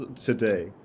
today